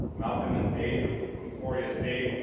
malcolm and dade from emporia state.